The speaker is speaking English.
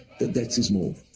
that that's his moment,